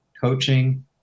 coaching